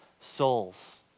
souls